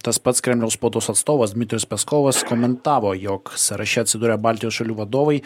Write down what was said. tas pats kremliaus spaudos atstovas dmitrijus peskovas komentavo jog sąraše atsiduria baltijos šalių vadovai